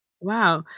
Wow